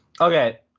Okay